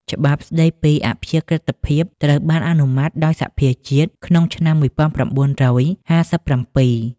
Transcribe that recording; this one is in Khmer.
ច្បាប់ស្តីពីអព្យាក្រឹតភាពត្រូវបានអនុម័តដោយសភាជាតិក្នុងឆ្នាំ ១៩៥៧។